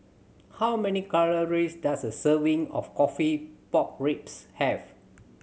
how many calories does a serving of coffee pork ribs have